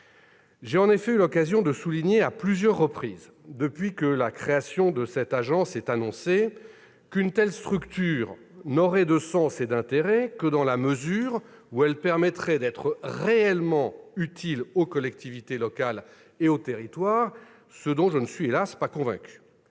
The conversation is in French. J'ai en effet eu l'occasion de souligner à plusieurs reprises, depuis l'annonce de la création de cette agence, qu'une telle structure n'aurait de sens et d'intérêt que dans la mesure où elle serait réellement utile aux collectivités locales et aux territoires, ce dont je ne suis hélas pas convaincu